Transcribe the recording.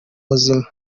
muzima